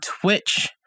Twitch